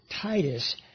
Titus